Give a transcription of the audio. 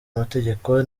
amategeko